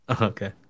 okay